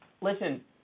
listen